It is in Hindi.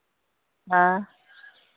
हाँ